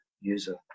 user